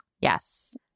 Yes